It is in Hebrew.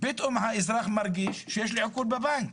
פתאום האזרח מרגיש שיש לו עיקול בבנק.